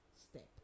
step